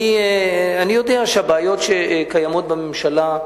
אני יודע על הבעיות שקיימות בממשלה,